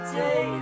day